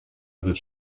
этот